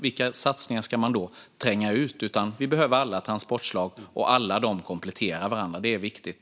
Vilka satsningar ska man i så fall ta bort? Vi behöver alla transportslag, och alla kompletterar varandra. Det är viktigt.